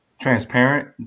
transparent